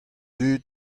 dud